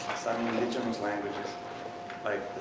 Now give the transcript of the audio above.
in indigenous languages like